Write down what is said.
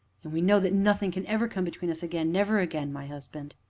and we know that nothing can ever come between us again never again my husband.